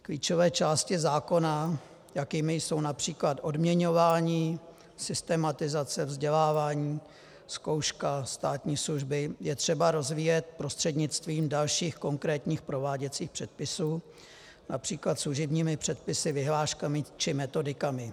Klíčové části zákona, jakými jsou například odměňování, systematizace vzdělávání, zkouška státní služby, je třeba rozvíjet prostřednictvím dalších konkrétních prováděcích předpisů, například služebními předpisy, vyhláškami, či metodikami.